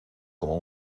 como